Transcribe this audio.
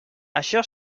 això